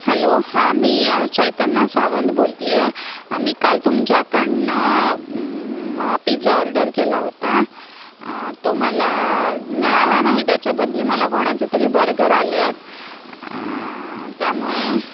hello हा मी चैतन्या सावंत बोलते आहे मी काल तुमच्याकडनं पिझा ऑर्डर केला होता तो मला मिळाला नाही त्याच्या बदली मला कोणाचे तरी बर्गर आले आहेत त्यामुळे